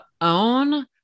own